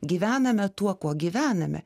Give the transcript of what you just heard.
gyvename tuo kuo gyvename